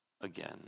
again